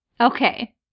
Okay